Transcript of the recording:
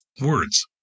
words